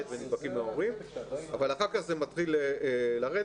ונדבקים מההורים אבל אחר כך זה מתחיל לרדת.